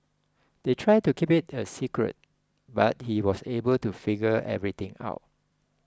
they tried to keep it a secret but he was able to figure everything out